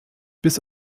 bis